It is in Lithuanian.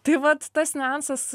tai vat tas niuansas